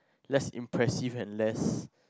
less impressive and less